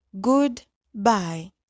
goodbye